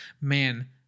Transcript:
man